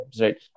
right